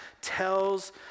tells